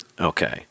Okay